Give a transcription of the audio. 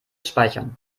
speichern